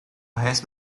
resto